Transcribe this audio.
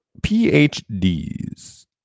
PhDs